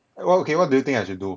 what do you think I should do